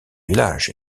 village